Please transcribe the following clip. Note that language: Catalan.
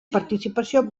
participació